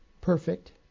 perfect